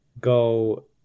go